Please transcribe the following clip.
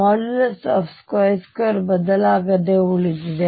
ಮತ್ತು ಆದ್ದರಿಂದ2 ಬದಲಾಗದೆ ಉಳಿದಿದೆ